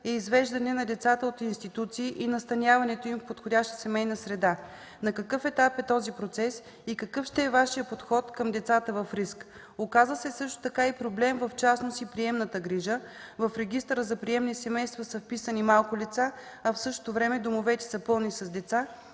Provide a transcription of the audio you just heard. е извеждане на децата от институции и настаняването им в подходяща семейна среда. На какъв етап е този процес и какъв ще е Вашият подход към децата в риск? Оказа се също така проблем в частност и приемната грижа. В регистъра за приемни семейства са вписани малко лица, а в същото време домовете са пълни с деца.